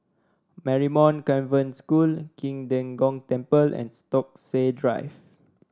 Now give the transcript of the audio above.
Marymount Convent School Qing De Gong Temple and Stokesay Drive